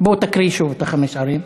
בוא תקריא שוב את חמש הערים.